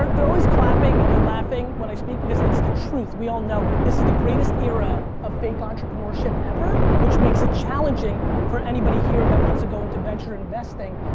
they're always clapping and laughing when i speak because it's the truth, we all know it. this is the greatest era of fake entrepreneurship ever, which makes it challenging for anybody here that wants to go into venture investing.